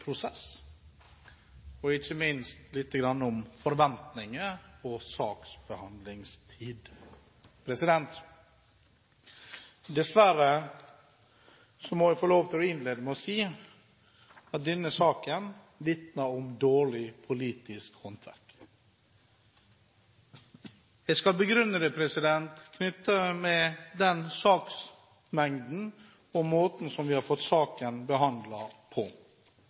prosess og ikke minst litt om forventninger og saksbehandlingstid. Dessverre må jeg få lov til å innlede med å si at denne saken vitner om dårlig politisk håndverk. Jeg skal begrunne det med saksmengden og måten vi har fått saken behandlet på.